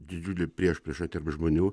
didžiulė priešprieša tarp žmonių